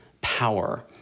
power